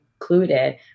included